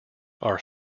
are